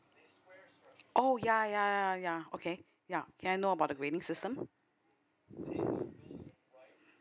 oh ya ya ya okay ya can I know about the grading system